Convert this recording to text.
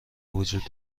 وجود